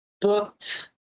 booked